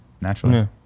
naturally